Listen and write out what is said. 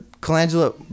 Colangelo